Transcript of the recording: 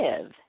live